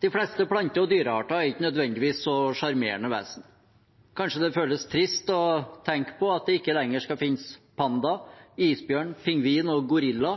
De fleste plante- og dyrearter er ikke nødvendigvis så sjarmerende vesener. Kanskje det føles trist å tenke på at det ikke lenger skal finnes panda, isbjørn, pingvin og gorilla,